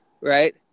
right